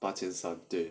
八千三对了